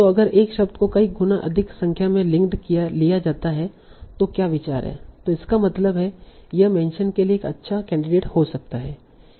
तो अगर एक शब्द को कई गुना अधिक संख्या में लिंक्ड लिया जाता है तो क्या विचार है तों इसका मतलब है यह मेंशन के लिए एक अच्छा कैंडिडेट हो सकता है